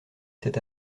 cet